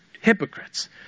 hypocrites